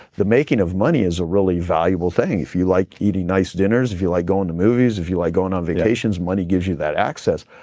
the making of money is a really valuable thing. if you like eating nice dinners, if you like going to movies, if you like going on vacations, money gives you that access.